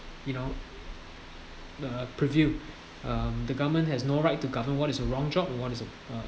you know the purview um the government has no right to govern what is a wrong job what is a uh